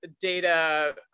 data